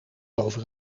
over